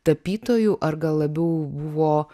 tapytojų ar gal labiau buvo